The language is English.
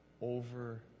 over